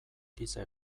giza